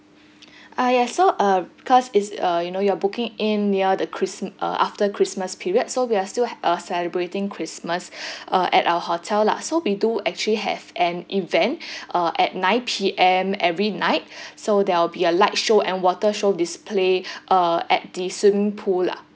uh ya so uh cause it's uh you know you are booking in near the chris~ uh after christmas period so we are still uh celebrating christmas uh at our hotel lah so we do actually have an event uh at nine P_M every night so there'll be a light show and water show display uh at the swimming pool lah